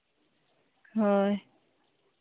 ᱦᱳᱭ